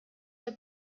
der